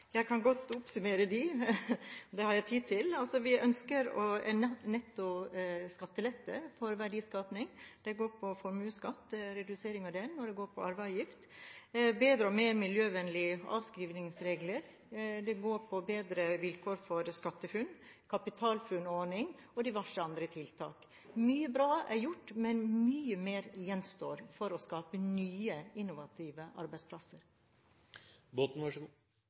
Jeg kan godt oppsummere dem, for det har jeg tid til. Det går på at vi ønsker netto skattelette på verdiskaping, det går på å redusere formuesskatten, det går på arveavgift, det går på bedre og mer miljøvennlige avskrivingsregler, og det går på bedre vilkår for Skattefunn, kapitalfunnordning og diverse andre tiltak. Mye bra er gjort, men mye mer gjenstår for å skape nye, innovative arbeidsplasser.